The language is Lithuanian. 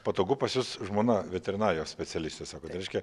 patogu pas jus žmona veterinarijos specialistė sakot reiškia